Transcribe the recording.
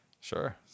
Sure